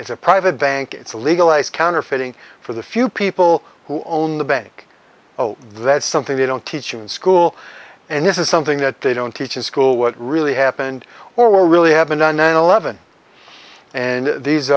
it's a private bank it's a legalized counterfeiting for the few people who own the bank oh that's something they don't teach you in school and this is something that they don't teach in school what really happened or really haven't done and eleven and these